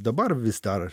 dabar vis dar